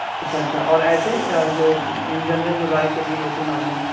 اچھا اچھا اور ایسے جو ان جنرل جو گاڑی چل رہی ہوتی ہے نارمل